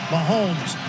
Mahomes